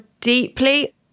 deeply